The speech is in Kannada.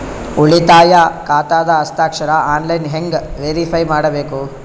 ಉಳಿತಾಯ ಖಾತಾದ ಹಸ್ತಾಕ್ಷರ ಆನ್ಲೈನ್ ಹೆಂಗ್ ವೇರಿಫೈ ಮಾಡಬೇಕು?